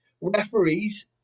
Referees